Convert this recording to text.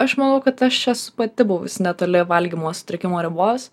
aš manau kad aš esu pati buvusi netoli valgymo sutrikimo ribos